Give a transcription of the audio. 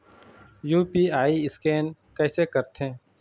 UPI scan कइसे करथे?